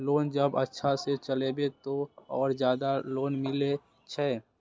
Loan जब अच्छा से चलेबे तो और ज्यादा लोन मिले छै?